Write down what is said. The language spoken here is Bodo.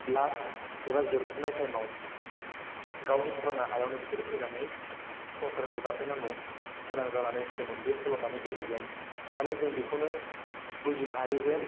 लास्ट एबा जोबथारनाय टाइमाव गावनि फुराना हायावनो बिसोरो फैनानै संसारखौ जाफैनांगौ गोनां जानानै फैदोंमोन बे सल'मानि गेजेरेजों माने जों बेखौनो बुजिनो हायो जे